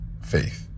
faith